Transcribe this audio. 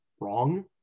wrong